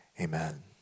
Amen